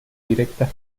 directas